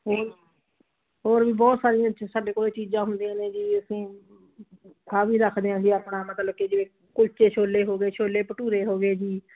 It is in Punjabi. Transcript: ਹੋਰ ਹੋਰ ਵੀ ਬਹੁਤ ਸਾਰੀਆਂ ਸਾਡੇ ਕੋਲ ਚੀਜਾਂ ਹੁੰਦੀਆਂ ਨੇ ਜੀ ਅਸੀਂ ਸਭ ਹੀ ਰੱਖਦੇ ਹਾਂ ਜੀ ਆਪਣਾ ਮਤਲਬ ਕੇ ਜਿਵੇਂ ਕੁਲਚੇ ਛੋਲੇ ਹੋ ਗਏ ਛੋਲੇ ਭਠੂਰੇ ਹੋ ਗਏ ਜੀ